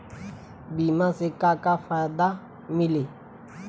बीमा से का का फायदा मिली?